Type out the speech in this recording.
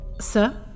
Sir